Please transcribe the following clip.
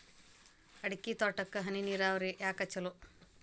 ಅಡಿಕೆ ತೋಟಕ್ಕ ಹನಿ ನೇರಾವರಿಯೇ ಯಾಕ ಛಲೋ?